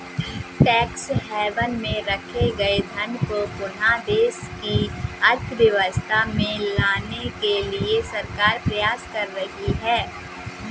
tax haven में रखे गए धन को पुनः देश की अर्थव्यवस्था में लाने के लिए सरकार प्रयास कर रही है